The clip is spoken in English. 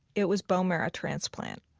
it was bone marrow transplant.